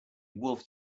wolfed